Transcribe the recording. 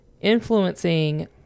influencing